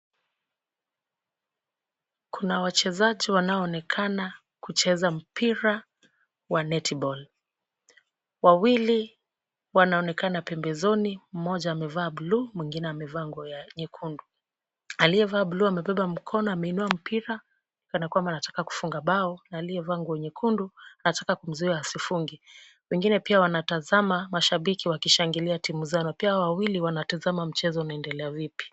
Kuna wachezaji wanaoonekana kucheza mpira wa netball . Wawili wanaonekana pembezoni, mmoja amevaa bluu mwingine amevaa nguo ya nyekundu. Aliyevaa bluu amebeba mkono ameinua mpira kana kwamba anataka kufunga bao na aliyevaa nguo nyekundu anataka kumzuia asifunge. Wengine pia wanatazama mashibiki wakishangilia timu zao na pia hao wawili wanatazama mchezo unaendelea vipi.